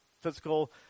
physical